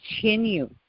continue